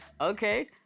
Okay